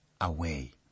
away